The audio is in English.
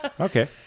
Okay